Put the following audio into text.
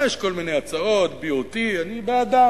יש כל מיני הצעות, BOT, אני בעדן.